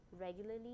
regularly